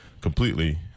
completely